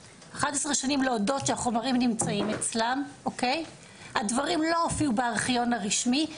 בשנות השבעים כל שנה הופקדו אלפי תיקים של משרד הסעד